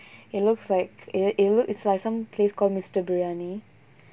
it looks like it looks like some place called mister biryani